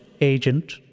Agent